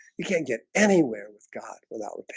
you can't get anywhere with god without